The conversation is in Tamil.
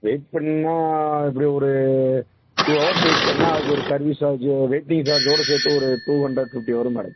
வெயிட் பண்ணின்னால் எப்படியும் ஒரு டூ ஹவர்ஸ் வெயிட் பண்ணால் அதுக்கு ஒரு சர்வீஸ் சார்ஜ் வெயிட்டிங் சார்ஜோடு சேர்த்து ஒரு டூ ஹண்ட்ரட் ஃபிஃப்ட்டி வரும் மேடம்